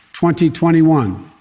2021